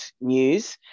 news